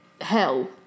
hell